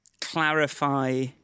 clarify